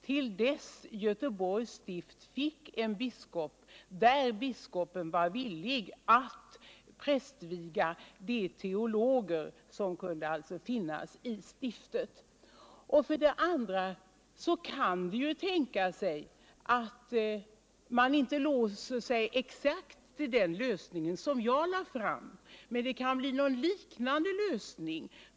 till dess Göteborgs stift fick en biskop som var villig att prästviga kvinnliga teologer. För det andra kan jag naturligtvis tänka mig en liknande lösning.